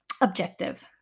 objective